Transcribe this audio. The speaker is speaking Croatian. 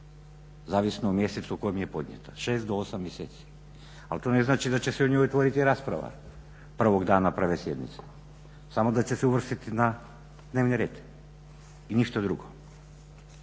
zavisno o mjesecu u kojem je podnijeto. 6 do 8 mjeseci. Ali to ne znači da će se o njemu otvoriti rasprava prvog dana prve sjednica, samo da će se uvrstiti na dnevni red i ništa drugo.